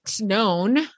known